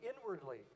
inwardly